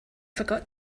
forgot